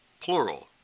plural